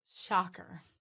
Shocker